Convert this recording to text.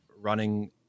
running